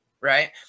Right